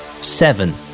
seven